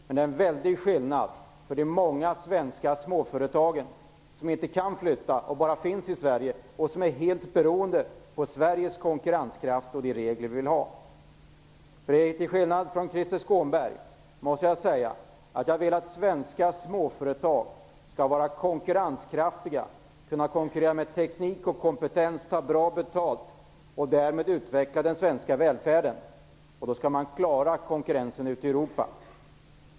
Men det är en väldig skillnad för de många svenska småföretagen, som inte kan flytta och bara finns i Sverige och som är helt beroende av Sveriges konkurrenskraft och de regler vi vill ha. Till skillnad från Krister Skånberg måste jag säga att jag vill att svenska småföretag skall vara konkurrenskraftiga, kunna konkurrera med teknik och kompetens, ta bra betalt och därmed utveckla den svenska välfärden, och då skall man klara konkurrensen ute i Europa.